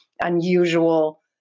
unusual